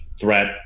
threat